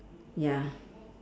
ya